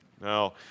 Now